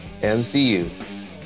MCU